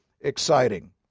exciting